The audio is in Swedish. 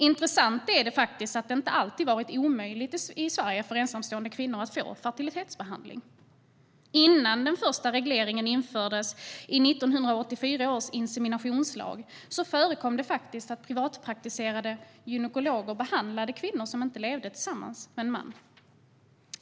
Intressant är att det faktiskt inte alltid varit omöjligt för ensamstående kvinnor att få fertilitetsbehandling i Sverige. Innan den första regleringen infördes i 1984 års inseminationslag förekom det faktiskt att privatpraktiserande gynekologer behandlade kvinnor som inte levde tillsammans med en man.